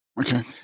Okay